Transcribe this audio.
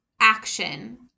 action